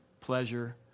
pleasure